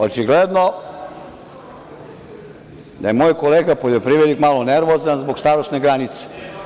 Očigledno da je moj kolega poljoprivrednik malo nervozan zbog starosne granice.